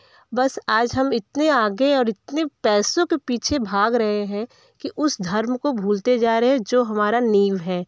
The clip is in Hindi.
बस आज हम इतने आगे और इतने पैसों के पीछे भाग रहे हैं कि उस धर्म को भूलते जा रहे हैं जो हमारा नीव है